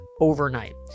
overnight